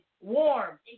warm